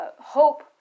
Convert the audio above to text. hope